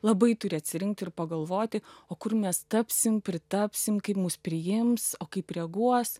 labai turi atsirinkti ir pagalvoti o kur mes tapsim pritapsim kaip mus priims o kaip reaguos